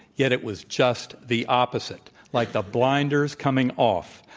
yet, it was just the opposite, like the blinders coming off.